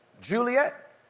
Juliet